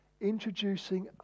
introducing